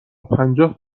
پنجاه